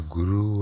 Guru